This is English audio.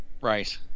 Right